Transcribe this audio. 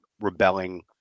rebelling